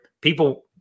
people